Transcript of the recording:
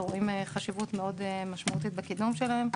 ורואים חשיבות מאוד משמעותית בקידום שלהם.